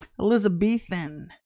Elizabethan